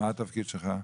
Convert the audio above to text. מה התפקיד שלך?